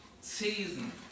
Season